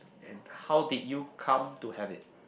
and how did you come to have it